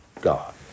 God